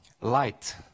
light